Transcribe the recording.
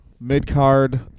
mid-card